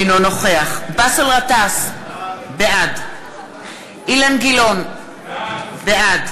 אינו נוכח באסל גטאס, בעד אילן גילאון, בעד